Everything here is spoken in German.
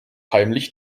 heimlich